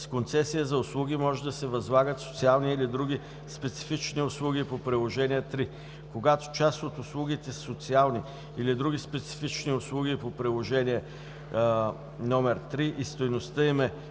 С концесия за услуги може да се възлагат социални или други специфични услуги по Приложение № 3. Когато част от услугите са социални или други специфични услуги по Приложение № 3 и стойността им е